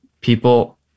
people